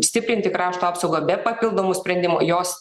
stiprinti krašto apsaugą be papildomų sprendimų jos